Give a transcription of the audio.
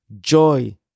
Joy